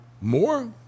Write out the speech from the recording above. more